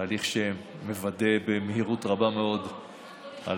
תהליך שמוודא במהירות רבה מאוד את